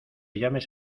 llames